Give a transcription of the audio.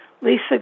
Lisa